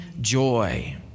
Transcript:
joy